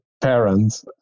parent